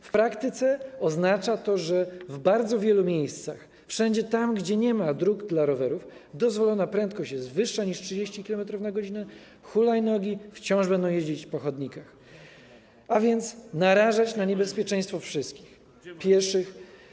W praktyce oznacza to, że w bardzo wielu miejscach, wszędzie tam, gdzie nie ma dróg dla rowerów, a dozwolona prędkość jest wyższa niż 30 km/h, hulajnogi wciąż będą jeździć po chodnikach, a więc będą narażać na niebezpieczeństwo wszystkich pieszych.